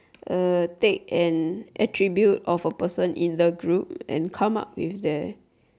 uh take an attribute of a person in the group and come up with the